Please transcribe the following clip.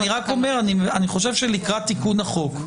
אני רק אומר שאני חושב שלקראת תיקון החוק,